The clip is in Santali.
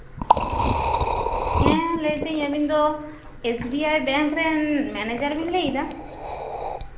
ᱦᱮᱸ ᱞᱟᱹᱭ ᱫᱟᱹᱞᱤᱧ ᱟᱵᱮᱱᱫᱚ ᱮᱥ ᱵᱤ ᱟᱭ ᱵᱮᱝᱠ ᱨᱮᱱ ᱢᱮᱱᱮᱡᱟᱨ ᱵᱮᱱ ᱞᱟᱹᱭᱫᱟ